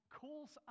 calls